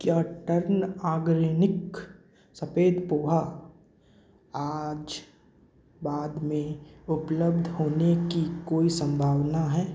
क्या टर्न आगरेनिक सफ़ेद पोहा आज बाद में उपलब्ध होने की कोई संभावना है